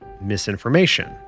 misinformation